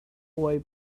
boy